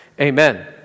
Amen